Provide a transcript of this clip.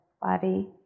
body